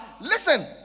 listen